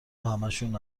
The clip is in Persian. همشون